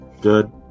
Good